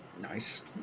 Nice